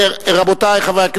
רבותי חברי הכנסת,